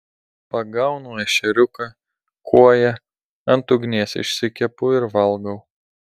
pagaunu ešeriuką kuoją ant ugnies išsikepu ir valgau